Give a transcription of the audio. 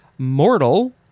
Mortal